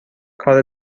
کار